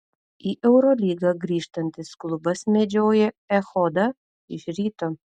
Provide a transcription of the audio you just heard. į eurolygą grįžtantis klubas medžioja echodą iš ryto